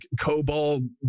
COBOL